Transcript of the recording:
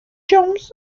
jones